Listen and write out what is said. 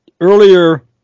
earlier